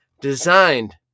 designed